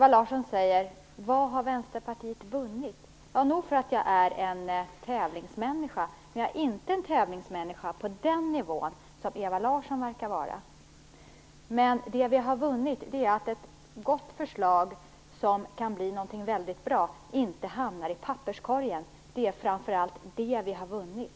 Ewa Larsson frågade vad Vänsterpartiet har vunnit. Nog för att jag är en tävlingsmänniska, men jag är inte en tävlingsmänniska på samma nivå som Ewa Larsson verkar vara. Men det vi har vunnit är att ett gott förslag som kan bli något väldigt bra inte hamnar i papperskorgen. Det är vad vi framför allt har vunnit.